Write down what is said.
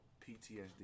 PTSD